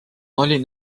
olin